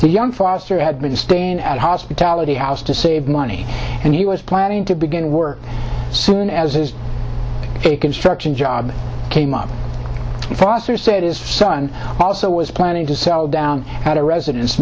young foster had been staying at hospitality house to save money and he was planning to begin work soon as a construction job came up foster said his son also was planning to sell down at a residence